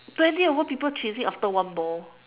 twenty over people chasing after one ball